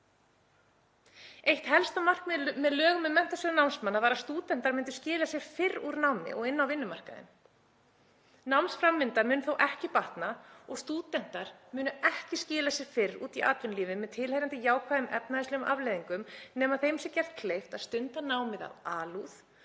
Eitt helsta markmiðið með lögum um Menntasjóð námsmanna var að stúdentar myndu skila sér fyrr úr námi og inn á vinnumarkaðinn. Námsframvinda mun þó ekki batna og stúdentar munu ekki skila sér fyrr út í atvinnulífið, með tilheyrandi jákvæðum efnahagslegum afleiðingum, nema þeim sé gert kleift að stunda námið af alúð